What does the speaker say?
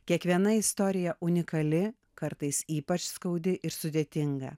kiekviena istorija unikali kartais ypač skaudi ir sudėtinga